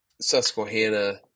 Susquehanna